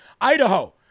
Idaho